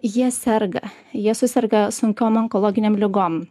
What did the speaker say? jie serga jie suserga sunkiom onkologinėm ligom